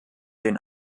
den